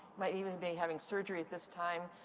might even be having surgery at this time.